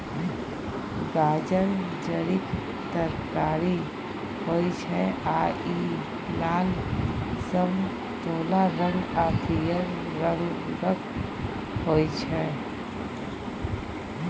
गाजर जड़िक तरकारी होइ छै आ इ लाल, समतोला रंग आ पीयर रंगक होइ छै